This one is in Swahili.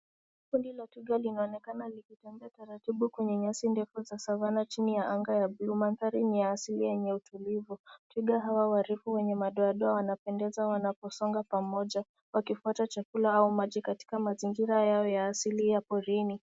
Kundi la twiga linaonekana likitembea taratibu kwenye nyasi ndefu za savana chini ya anga la bluu. Manthari ni ya asili yenye utulivu . Twiga hawa warefu wenye madoadoa wanapemdeza wanaposonga pamoja wakifuata chakula au maji katika mzingira yao ya asili ya porini.